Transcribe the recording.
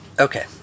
Okay